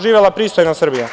Živela pristojna Srbija.